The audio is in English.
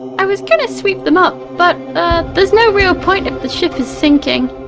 i was gonna sweep them up, but there's no real point if that ship is sinking.